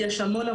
יש המון,